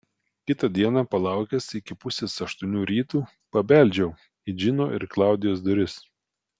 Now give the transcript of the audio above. kitą dieną palaukęs iki pusės aštuonių ryto pabeldžiau į džino ir klaudijos duris